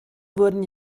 wurden